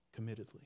committedly